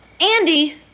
Andy